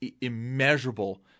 immeasurable